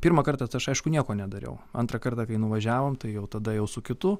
pirmą kartą tai aš aišku nieko nedariau antrą kartą kai nuvažiavom tai jau tada jau su kitu